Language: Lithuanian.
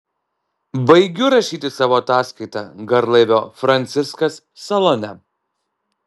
baigiu rašyti savo ataskaitą garlaivio franciskas salone